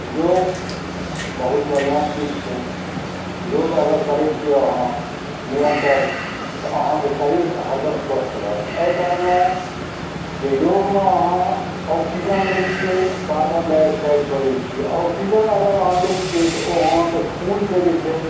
योग बहुत बढ़िऑं चीज छै योग अगर करै छी अहाँ निरन्तर तऽ अहाँके शरीर हरदम स्वस्थ रहत एहि कारने जे योगमे अहाँ आक्सीजन लै छियै आ कार्बन डायआकसाइड छोड़ै छियै औकसीजन जॅं अहाँ लै छियै तँ अहाँके खून के जे छै